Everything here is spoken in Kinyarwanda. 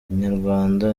inyarwanda